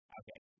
okay